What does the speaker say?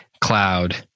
cloud